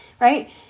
right